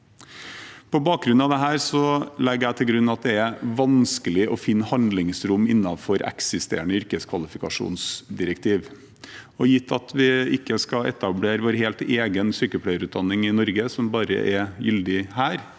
På bakgrunn av dette legger jeg til grunn at det er vanskelig å finne handlingsrom innenfor eksisterende yrkeskvalifikasjonsdirektiv. Gitt at vi ikke skal etablere vår helt egen sykepleierutdanning som bare er gyldig her